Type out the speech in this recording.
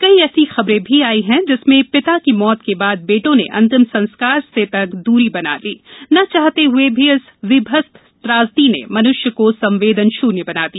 कई ऐसी खबरें भी आयी हैं जिसमें पिता की मौत के बाद बेटों ने अंतिम संस्कार से तक दूरी बना ली न चाहते हुए भी इस वीभत्स त्रासदी ने मनुष्य को संवेदन शून्य बना दिया